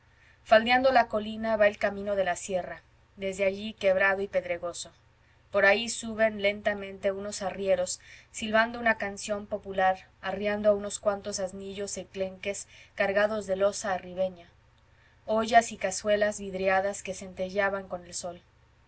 faldeando la colina va el camino de la sierra desde allí quebrado y pedregoso por ahí subían lentamente unos arrieros silbando una canción popular arreando a unos cuantos asnillos enclenques cargados de loza arribeña ollas y cazuelas vidriadas que centelleaban con el sol